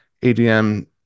ADM